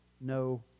no